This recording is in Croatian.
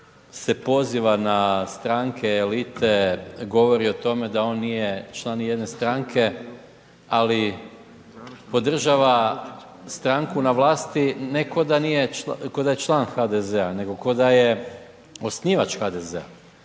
se poziva na stranke, elite, govori o tome da on nije član nijedne strane, ali podržava stranku na vlasti, ne koda je član HDZ-a, nego koda je osnivač HDZ-a,